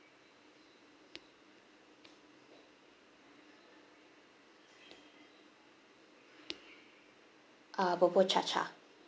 uh bubur cha cha